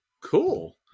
Cool